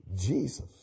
Jesus